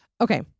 Okay